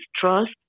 trust